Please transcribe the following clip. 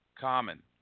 common